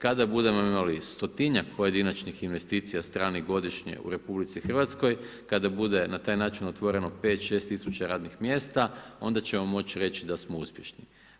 Kada budemo imali stotinjak pojedinačnih investicija stranih godišnje u RH, kada bude na taj način otvoreno pet, šest tisuća radnih mjesta onda ćemo moći reći da smo uspješni.